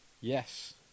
yes